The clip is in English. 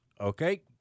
okay